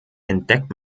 entdeckt